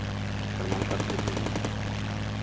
प्रमाण पत्र भी है